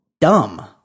dumb